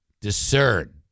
Discern